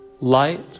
light